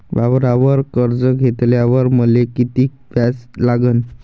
वावरावर कर्ज घेतल्यावर मले कितीक व्याज लागन?